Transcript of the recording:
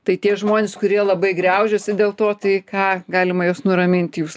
tai tie žmonės kurie labai griaužiasi dėl to tai ką galima juos nuraminti jūs